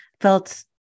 felt